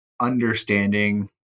understanding